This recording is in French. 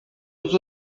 doute